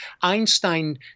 Einstein